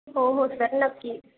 हो हो सर नक्की